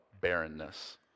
barrenness